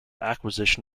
acquisition